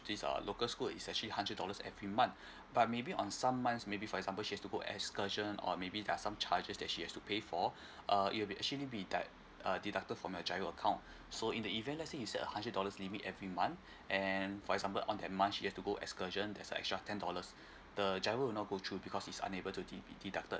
this uh local school is actually hundred dollars every month but maybe on some months maybe for example she has to go excursion or maybe there are some charges that she has to pay for uh it will be should it be de~ uh deducted from your G_I_R_O account so in the event let's say is a hundred dollars limit every month and for example on that month she has to go excursion there's an extra ten dollars the G_I_R_O will not go through because is unable to de~ deducted